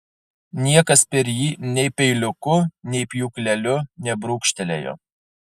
niekas per jį nei peiliuku nei pjūkleliu nebrūkštelėjo